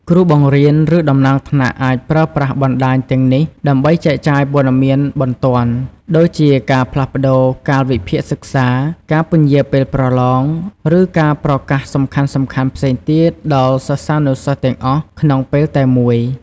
គ្រូបង្រៀន ឬតំណាងថ្នាក់អាចប្រើប្រាស់បណ្តាញទាំងនេះដើម្បី ចែកចាយព័ត៌មានបន្ទាន់ ដូចជាការផ្លាស់ប្តូរកាលវិភាគសិក្សា ការពន្យារពេលប្រឡង ឬការប្រកាសសំខាន់ៗផ្សេងទៀតដល់សិស្សានុសិស្សទាំងអស់ក្នុងពេលតែមួយ។